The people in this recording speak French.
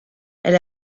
elle